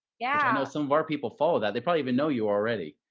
yeah. i know some of our people follow that. they probably even know you already.